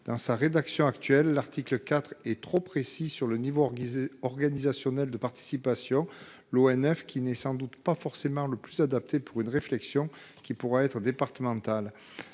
dans sa rédaction actuelle l'article IV et trop précis sur le niveau requis organisationnel de participation. L'ONF qui n'est sans doute pas forcément le plus adapté pour une réflexion qui pourra être. L'amendement